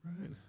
Right